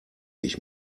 ich